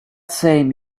same